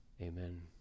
Amen